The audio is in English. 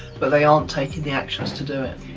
but they aren't taking the actions to do it?